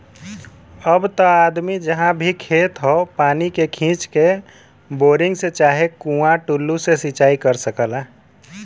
अब त आदमी जहाँ भी खेत हौ पानी के खींच के, बोरिंग से चाहे कुंआ टूल्लू से सिंचाई कर सकला